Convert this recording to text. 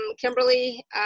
Kimberly